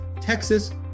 Texas